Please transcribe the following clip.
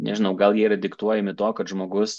nežinau gal jie yra diktuojami to kad žmogus